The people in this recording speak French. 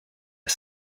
est